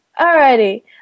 Alrighty